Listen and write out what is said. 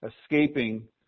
escaping